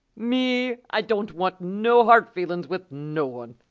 me, i don't want no hard feelin's with no one.